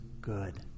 good